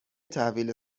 تحویل